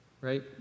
right